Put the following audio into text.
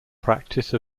practice